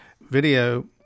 video